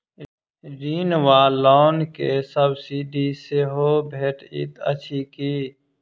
ऋण वा लोन केँ सब्सिडी सेहो भेटइत अछि की?